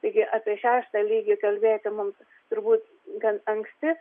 taigi apie šeštą lygį kalbėti mums turbūt gan anksti